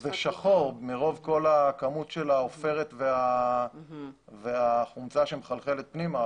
זה שחור מהכמות של העופרת והחומצה שמחלחלת פנימה,